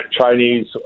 Chinese